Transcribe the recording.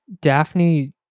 Daphne